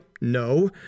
No